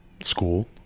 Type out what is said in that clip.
school